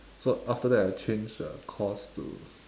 so after that I change uh course to